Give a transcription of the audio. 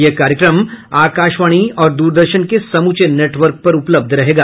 यह कार्यक्रम आकाशवाणी और द्रदर्शन के समूचे नेटवर्क पर उपलब्ध रहेगा